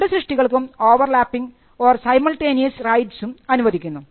രണ്ടു സൃഷ്ടികൾക്കും over lapping simultaneous overlapinsimultaneous റൈറ്റ്സും അനുവദിക്കുന്നു